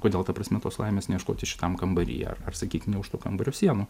kodėl ta prasme tos laimės neieškoti šitam kambaryje ar ar sakykim ne už to kambario sienų